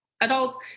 adults